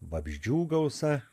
vabzdžių gausa